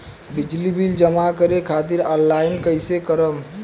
बिजली बिल जमा करे खातिर आनलाइन कइसे करम?